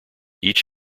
each